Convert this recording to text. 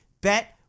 bet